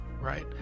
right